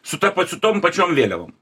sutapo su tom pačiom vėliavom